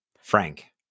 Frank